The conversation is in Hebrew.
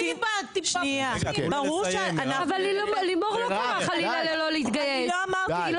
<< יור >> פנינה תמנו (יו"ר